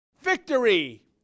Victory